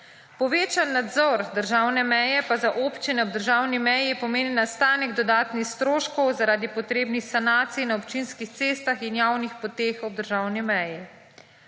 Povečan nadzor državne meje pa za občine v državni meji pomeni nastanek dodatnih stroškov zaradi potrebnih sanacij na občinskih cestah in javnih poteh ob državni meji.